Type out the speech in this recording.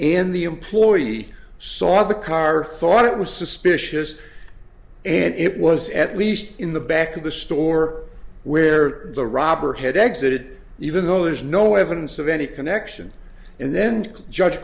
and the employee saw the car thought it was suspicious and it was at least in the back of the store where the robber had exited even though there's no evidence of any connection and then judge